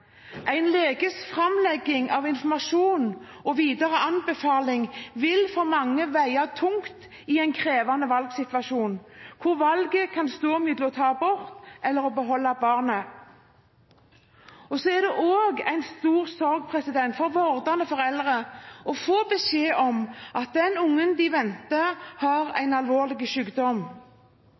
En leges framlegging av informasjon og videre anbefaling vil for mange veie tungt i en krevende valgsituasjon, hvor valget kan stå mellom å ta abort og å beholde barnet. Det er en stor sorg for vordende foreldre å få beskjed om at barnet de venter, har en alvorlig